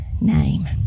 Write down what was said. name